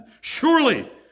Surely